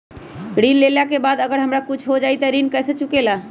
ऋण लेला के बाद अगर हमरा कुछ हो जाइ त ऋण कैसे चुकेला?